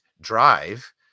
drive